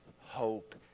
hope